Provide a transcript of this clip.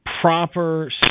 proper